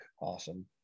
awesome